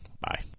Bye